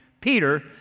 Peter